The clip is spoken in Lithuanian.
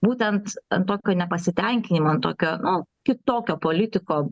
būtent ant tokio nepasitenkinimo ant kokio nu kitokio politiko